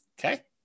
Okay